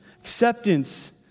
acceptance